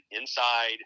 inside